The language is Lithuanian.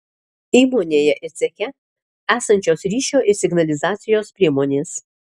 įmonėje ir ceche esančios ryšio ir signalizacijos priemonės